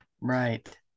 Right